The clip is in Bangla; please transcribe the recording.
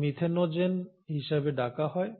মিথেনোজেন হিসাবে ডাকা হয়